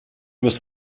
must